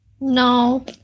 no